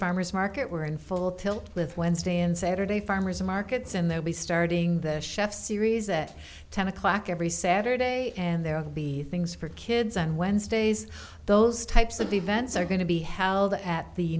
farmer's market we're in full tilt with wednesday and saturday farmers markets and they'll be starting the chefs series at ten o'clock every saturday and there of the things for kids on wednesdays those types of events are going to be held at the